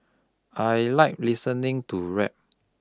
I like listening to rap